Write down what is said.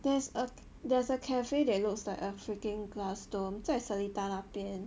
there's a there's a cafe that looks like a freaking glass dome 在 seletar 那边